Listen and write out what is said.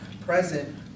present